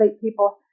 people